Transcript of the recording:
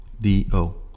D-O